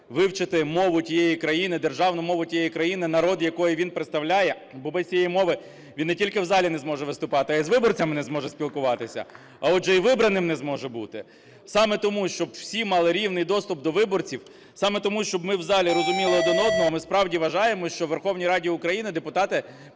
країни, державну мову тієї країни, народ якої він представляє, бо без цієї мови він не тільки в залі не зможе виступати, а й з виборцями не зможе спілкуватися, а отже і вибраним не зможе бути. Саме тому, щоб всі мали рівний доступ до виборців, саме тому, щоб ми в залі розуміли один одного, ми, справді, вважаємо, що в Верховній Раді України депутати